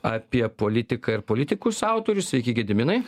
apie politiką ir politikus autorius sveiki gediminai